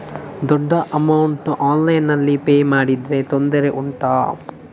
ದೊಡ್ಡ ಅಮೌಂಟ್ ಆನ್ಲೈನ್ನಲ್ಲಿ ಪೇ ಮಾಡಿದ್ರೆ ತೊಂದರೆ ಉಂಟಾ?